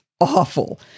awful